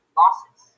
losses